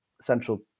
central